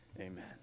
amen